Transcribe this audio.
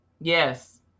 yes